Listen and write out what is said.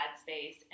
space